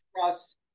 trust